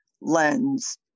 lens